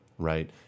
Right